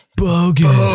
bogus